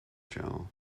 channel